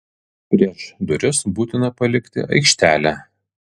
prieš duris būtina palikti aikštelę